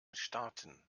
starten